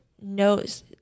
knows